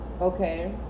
okay